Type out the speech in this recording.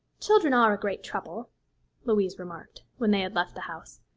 children are a great trouble louise remarked, when they had left the house.